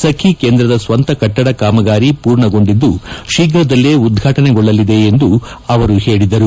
ಸಖಿ ಕೇಂದ್ರದ ಸ್ವಂತ ಕಟ್ಟಡ ಕಾಮಗಾರಿ ಪೂರ್ಣಗೊಂಡಿದ್ದು ಶೀಘ್ರದಲ್ಲೇ ಉದ್ಘಾಟನೆಗೊಳ್ಳಲಿದೆ ಎಂದು ಅವರು ಹೇಳಿದರು